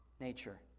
nature